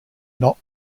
not